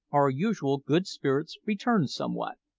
our usual good spirits returned somewhat,